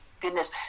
Goodness